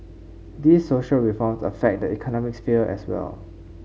these social reforms affect the economic sphere as well